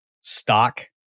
stock